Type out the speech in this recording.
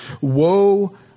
Woe